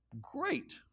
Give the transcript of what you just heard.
Great